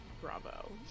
bravo